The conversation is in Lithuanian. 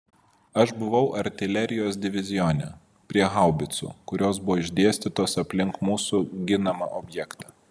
aš buvau artilerijos divizione prie haubicų kurios buvo išdėstytos aplink mūsų ginamą objektą